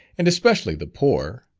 and especially the poor,